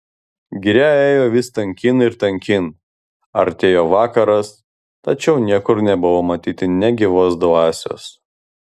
giria ėjo vis tankyn ir tankyn artėjo vakaras tačiau niekur nebuvo matyti nė gyvos dvasios